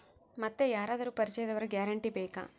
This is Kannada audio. ಮತ್ತೆ ಯಾರಾದರೂ ಪರಿಚಯದವರ ಗ್ಯಾರಂಟಿ ಬೇಕಾ?